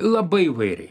labai įvairiai